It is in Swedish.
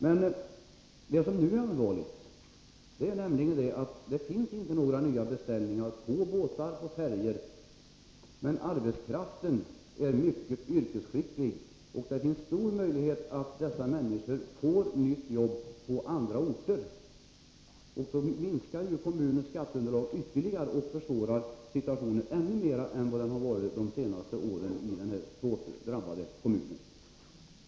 Men vad som nu är allvarligt är att det inte finns några nya beställningar på båtar och färjor. Arbetskraften är emellertid mycket yrkesskicklig, och det finns stora möjligheter att de personer som det är fråga om får ett nytt arbete på andra orter. Därmed minskar ju skatteunderlaget ytterligare, och situationen i den här hårt drabbade kommunen blir ännu svårare än den har varit under de senaste åren.